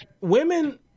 Women